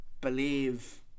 believe